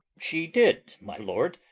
she did, my lord,